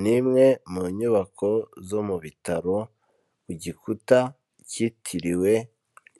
Ni imwe mu nyubako zo mu bitaro, ku gikuta cyitiriwe